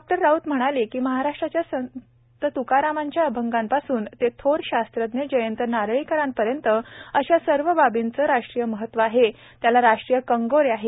भारतक्मार राऊत म्हणाले महाराष्ट्राच्या संत तुकारामांच्या अभंगापासून ते थोर शास्त्रज्ञ जयंत नारळीकरांपर्यंत अशा सर्व बाबींचे राष्ट्रीय महत्व आहे त्याला राष्ट्रीय कंगोरे आहेत